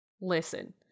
Listen